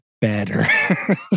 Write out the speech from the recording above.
better